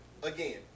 Again